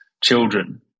children